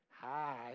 hi